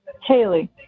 Haley